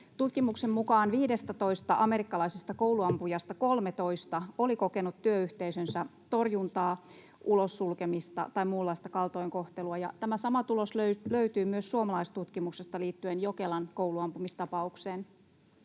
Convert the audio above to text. Tutkimuksen mukaan 15 amerikkalaisesta kouluampujasta 13 oli kokenut työyhteisönsä torjuntaa, ulos sulkemista tai muunlaista kaltoinkohtelua, ja tämä sama tulos löytyy myös suomalaistutkimuksesta liittyen Jokelan kouluampumistapaukseen.